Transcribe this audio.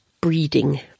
Breeding